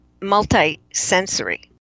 multi-sensory